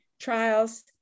trials